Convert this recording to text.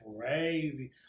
crazy